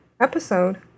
episode